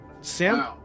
Sam